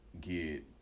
get